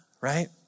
right